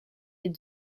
est